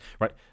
right